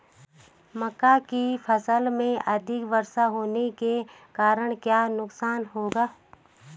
मक्का की फसल में अधिक वर्षा होने के कारण क्या नुकसान होगा?